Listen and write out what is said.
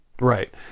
Right